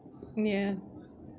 ya